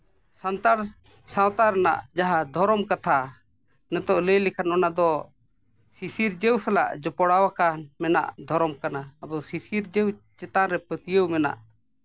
ᱥᱟᱱᱛᱟᱲ ᱥᱟᱶᱛᱟ ᱨᱮᱱᱟᱜ ᱡᱟᱦᱟᱸ ᱫᱷᱚᱨᱚᱢ ᱠᱟᱛᱷᱟ ᱱᱤᱛᱚᱜ ᱞᱟᱹᱭ ᱞᱮᱠᱷᱟᱱ ᱚᱱᱟᱫᱚ ᱥᱤᱥᱤᱨᱡᱟᱹᱣ ᱥᱟᱞᱟᱜ ᱡᱚᱯᱲᱟᱣ ᱟᱠᱟᱱ ᱢᱮᱱᱟᱜ ᱫᱷᱚᱨᱚᱢ ᱠᱟᱱᱟ ᱟᱵᱚ ᱥᱤᱥᱤᱨᱡᱟᱹᱣ ᱪᱮᱛᱟᱱ ᱨᱮ ᱯᱟᱹᱛᱭᱟᱹᱣ ᱢᱮᱱᱟᱜᱼᱟ